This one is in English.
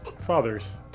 fathers